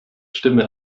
stimme